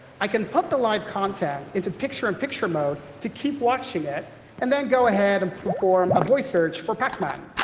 i can put the live content into picture-in-picture mode to keep watching it and then go ahead and perform a voice search for pacman.